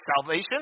salvation